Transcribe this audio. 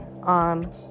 on